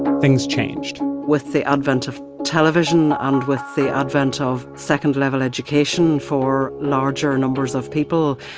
things changed with the advent of television and with the advent of second-level education for larger numbers of people,